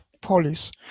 police